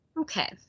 okay